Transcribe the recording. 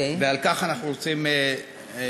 ועל כך אנחנו רוצים להצביע.